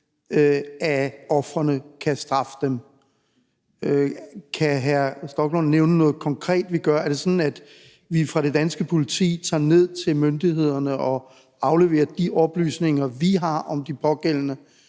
at ofrene kan straffe dem? Kan hr. Rasmus Stoklund nævne noget konkret, vi gør? Er det sådan, at vi fra det danske politis side tager ned til myndighederne og afleverer de oplysninger, vi har om de pågældende,